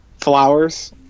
flowers